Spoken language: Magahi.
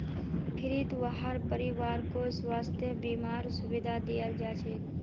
फ्रीत वहार परिवारकों स्वास्थ बीमार सुविधा दियाल जाछेक